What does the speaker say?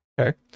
Okay